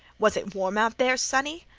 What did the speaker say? was it warm out there, sonny?